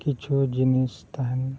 ᱠᱤᱪᱷᱩ ᱡᱤᱱᱤᱥ ᱛᱟᱦᱮᱱ